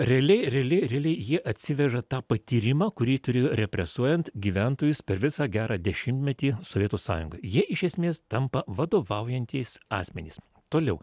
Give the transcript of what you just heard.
realiai realiai realiai jie atsiveža tą patyrimą kurį turėjo represuojant gyventojus per visą gerą dešimtmetį sovietų sąjungoj jie iš esmės tampa vadovaujantys asmenys toliau